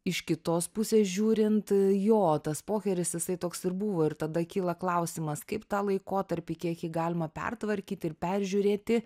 iš kitos pusės žiūrint jo tas pokeris jisai toks ir buvo ir tada kyla klausimas kaip tą laikotarpį kiek jį galima pertvarkyt ir peržiūrėti